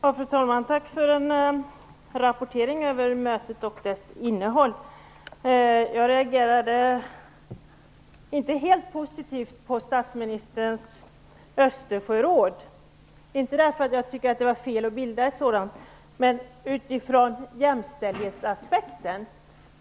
Fru talman! Tack för rapporteringen från mötet och dess innehåll. Jag reagerade inte helt positivt på Statsministerns Östersjöråd, inte därför att jag tycker att det var fel att bilda ett sådant utan utifrån jämställdhetsaspekten.